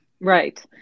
Right